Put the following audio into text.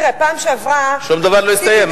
תראה, בפעם שעברה, שום דבר לא הסתיים.